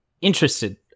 interested